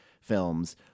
films